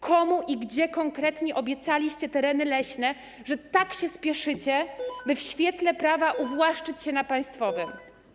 Komu i gdzie konkretnie obiecaliście tereny leśne, że tak się spieszycie, by w świetle prawa uwłaszczyć się na państwowym?